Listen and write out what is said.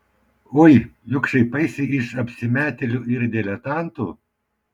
ui juk šaipaisi iš apsimetėlių ir diletantų